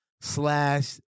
slash